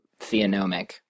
theonomic